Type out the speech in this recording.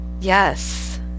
yes